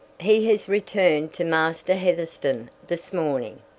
he has returned to master heatherstone this morning.